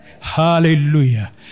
hallelujah